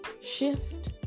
shift